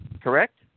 correct